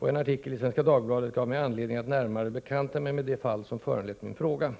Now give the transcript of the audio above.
En artikel i Svenska Dagbladet gav mig anledning att närmare bekanta mig med det fall som föranlett min fråga.